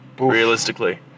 Realistically